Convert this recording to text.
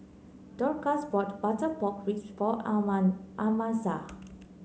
Dorcas bought Butter Pork Ribs for Amasa